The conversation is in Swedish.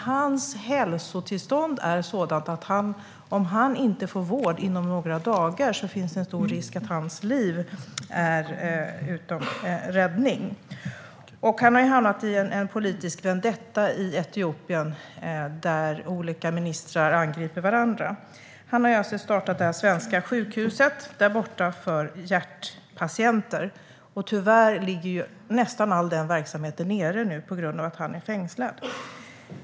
Hans hälsotillstånd är sådant att om han inte får vård inom några dagar finns en stor risk att hans liv är utom räddning. Han har hamnat i en politisk vendetta i Etiopien där olika ministrar angriper varandra. Han har startat det svenska sjukhuset där borta för hjärtpatienter. Tyvärr ligger nästan all den verksamheten nere nu på grund av att han är fängslad.